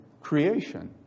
creation